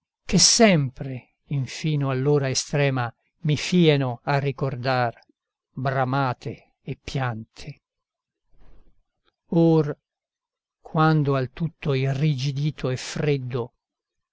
che sempre infino all'ora estrema i fieno a ricordar bramate e piante or quando al tutto irrigidito e freddo